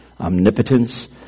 omnipotence